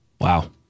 Wow